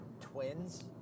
twins